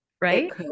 right